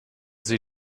sie